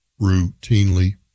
routinely